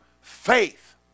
faith